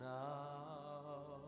now